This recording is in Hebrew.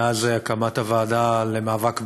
מאז הקמת הוועדה למאבק בעוני.